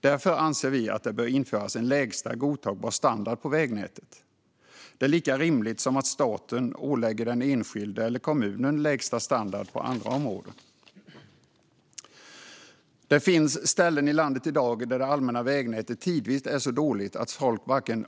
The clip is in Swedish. Därför anser vi att det bör införas en lägsta godtagbar standard på vägnätet. Detta är lika rimligt som att staten anger en lägsta standard på andra områden för den enskilde eller kommunen. Det finns i dag ställen i landet där det allmänna vägnätet tidvis är så dåligt att folk varken